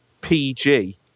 PG